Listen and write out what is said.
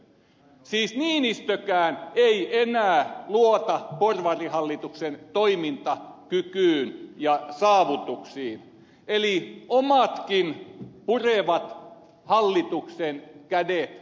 siis niinistökään ei enää luota porvarihallituksen toimintakykyyn ja saavutuksiin eli omatkin purevat hallituksen kädet sinisiksi